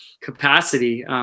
capacity